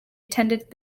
attended